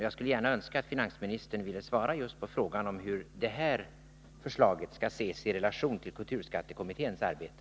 Jag skulle gärna önska att finansministern ville svara just på frågan om hur det här förslaget skall ses i relation till kulturskattekommitténs arbete.